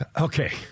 Okay